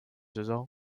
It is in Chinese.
之中